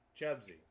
Chubsy